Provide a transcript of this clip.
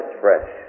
fresh